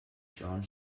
john